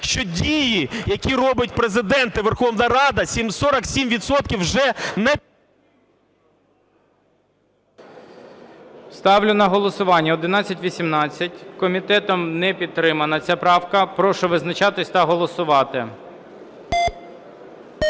що дії, які робить Президент та Верховна Рада , 47 відсотків вже… ГОЛОВУЮЧИЙ. Ставлю на голосування 1118. Комітетом не підтримана ця правка. Прошу визначатись та голосувати.